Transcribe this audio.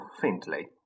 faintly